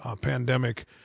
pandemic